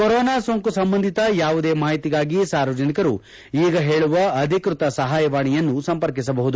corona ಸೋಂಕು ಸಂಬಂಧಿತ ಯಾವುದೇ ಮಾಹಿತಿಗಾಗಿ ಸಾರ್ವಜನಿಕರು ಈಗ ಹೇಳುವ ಅಧಿಕೃತ ಸಹಾಯವಾಣಿಯನ್ನು ಸಂಪರ್ಕಿಸಬಹುದು